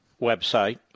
website